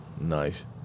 Nice